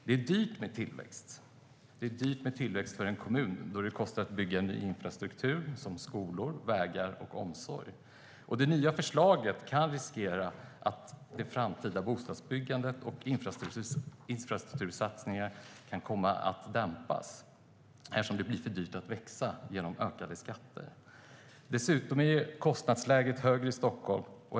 Det är dyrt med tillväxt för en kommun eftersom det kostar att bygga ny infrastruktur - skolor, vägar, omsorg. Med det nya förslaget riskerar det framtida bostadsbyggandet och infrastruktursatsningarna att komma att dämpas eftersom det på grund av ökade skatter blir för dyrt att växa. Dessutom är kostnadsläget högre i Stockholm.